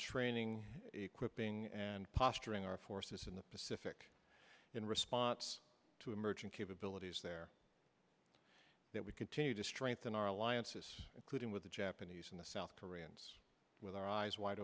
training equipping and posturing our forces in the pacific in response to emerging capabilities there that we continue to strengthen our alliances including with the japanese and the south koreans with our eyes wide